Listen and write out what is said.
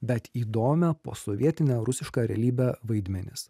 bet įdomią posovietinę rusišką realybę vaidmenis